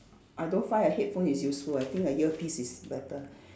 I don't find a headphone is useful I think a earpiece is better